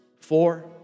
four